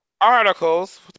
articles